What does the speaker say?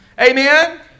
Amen